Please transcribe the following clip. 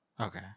Okay